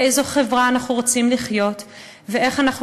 באיזו חברה אנחנו רוצים לחיות ואיך אנחנו